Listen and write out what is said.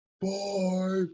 boy